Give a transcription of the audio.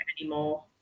anymore